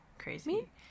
crazy